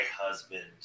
husband